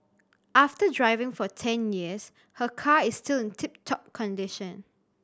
after driving for ten years her car is still in tip top condition